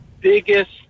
biggest